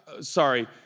sorry